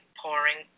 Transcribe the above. pouring